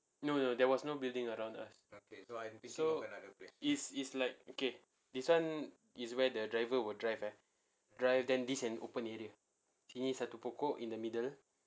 no no there was no building around us so is is like okay this [one] is where the driver will drive eh drive then this is an open area di sini ada satu pokok in the middle